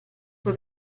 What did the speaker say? suo